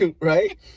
Right